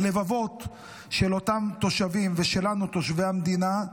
הלבבות של אותם תושבים ושלנו, תושבי המדינה,